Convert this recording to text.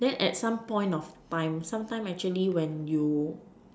then at some point of time some time actually when you